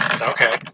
okay